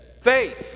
faith